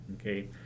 Okay